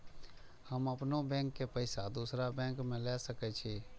हम अपनों बैंक के पैसा दुसरा बैंक में ले सके छी?